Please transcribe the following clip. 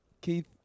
Keith